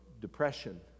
depression